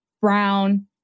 brown